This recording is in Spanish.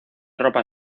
ropa